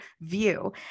view